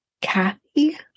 kathy